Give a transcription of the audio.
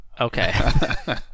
Okay